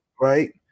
right